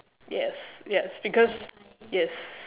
yes yes because yes